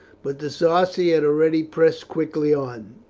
but the sarci had already pressed quickly on,